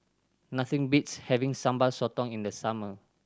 nothing beats having Sambal Sotong in the summer